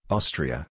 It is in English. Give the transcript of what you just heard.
Austria